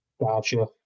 gotcha